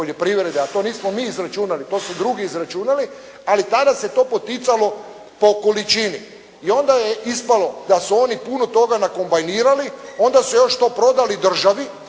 poljoprivrede a to nismo mi izračunali, to su drugi izračunali. Ali tada se to poticalo po količini. I ona je ispalo da su oni puno toga nakojbanirali, onda su još to prodali državi,